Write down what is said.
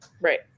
Right